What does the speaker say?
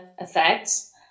effects